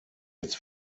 jetzt